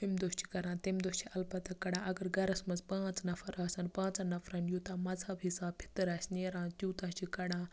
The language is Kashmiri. اَمہِ دۅہ چھِ کَران تَمہِ دۅہ چھِ اَلبَتہٕ کَڈَان اَگَر گَرَس منٛز پانٛژ نَفَر آسان پانٛژَن نَفرَن یوٗتاہ مَذہَب حِسابہٕ فِتٔر آسہِ نیران تیٛوٗتاہ چھِ کَڈَان